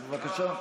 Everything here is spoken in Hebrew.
בבקשה.